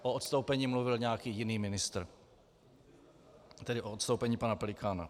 O odstoupení mluvil nějaký jiný ministr tedy o odstoupení pana Pelikána.